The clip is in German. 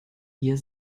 ihr